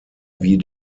wie